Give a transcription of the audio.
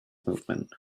movement